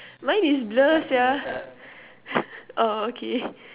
mine is blur sia oh okay